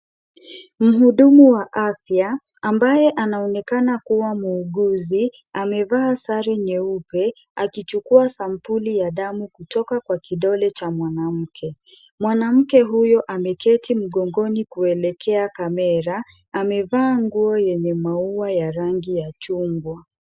Mhudumu wa afya ambaye anaonekana kuwa muuguzi amevaa sare nyeupe akichukua sampuli ya damu kutoka kwa kidole cha mwanamke. Mwanamke huyo ameketi mgongoni kuelekea kamera. Amevaa nguo yenye maua ya rangi ya machungwa.